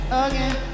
again